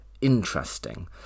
interesting